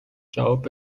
جواب